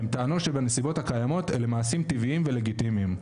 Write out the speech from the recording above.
הם טענו שבנסיבות הקיימות אלה מעשים טבעיים ולגיטימיים,